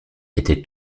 étaient